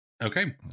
Okay